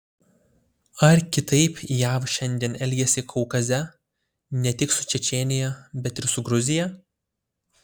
ar kitaip jav šiandien elgiasi kaukaze ne tik su čečėnija bet ir su gruzija